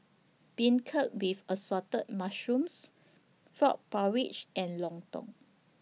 Beancurd with Assorted Mushrooms Frog Porridge and Lontong